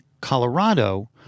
Colorado